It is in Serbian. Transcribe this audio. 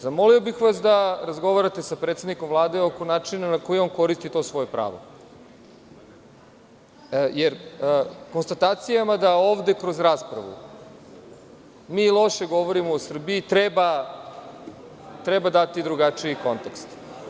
Zamolio bih vas da razgovarate sa predsednikom Vlade oko načina na koji on koristi to svoje pravo, jer konstatacijama da ovde kroz raspravu mi loše govorimo o Srbiji, treba dati drugačiji kontekst.